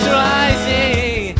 rising